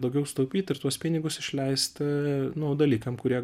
daugiau sutaupyt ir tuos pinigus išleist nu dalykam kurie